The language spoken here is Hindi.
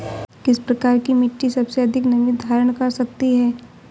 किस प्रकार की मिट्टी सबसे अधिक नमी धारण कर सकती है?